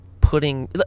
putting